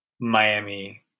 Miami